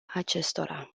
acestora